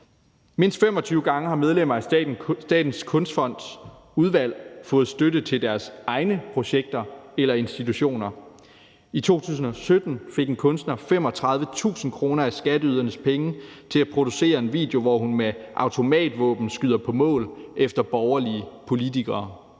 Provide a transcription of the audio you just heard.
Mindst 25 gange har medlemmer af Statens Kunstfonds udvalg fået støtte til deres egne projekter eller institutioner. I 2017 fik en kunstner 35.000 kr. af skatteydernes penge til at producere en video, hvor hun med automatvåben skyder på mål efter borgerlige politikere.